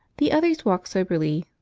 the others walk soberly,